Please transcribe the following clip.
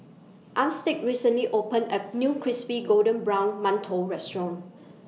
Armstead recently opened A New Crispy Golden Brown mantou Restaurant